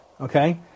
okay